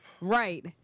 right